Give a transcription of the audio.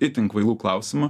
itin kvailų klausimų